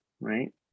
right